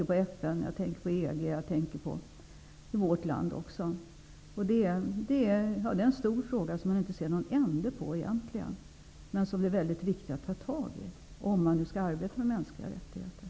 Jag tänker på FN, EG och vårt land. Det här är en stor fråga där jag inte kan se något slut och som är viktig att lösa -- om man vill arbeta med frågan om mänskliga rättigheter.